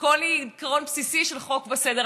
כל עיקרון בסיסי של חוק וסדר.